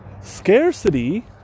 Scarcity